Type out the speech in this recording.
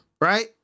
right